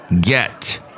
get